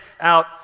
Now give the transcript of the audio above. out